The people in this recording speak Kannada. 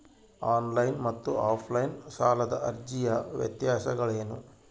ಆನ್ ಲೈನ್ ಮತ್ತು ಆಫ್ ಲೈನ್ ಸಾಲದ ಅರ್ಜಿಯ ವ್ಯತ್ಯಾಸಗಳೇನು?